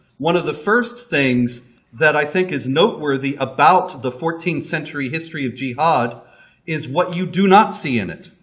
one of the first things that i think is noteworthy about the fourteenth century history of jihad is what you do not see in it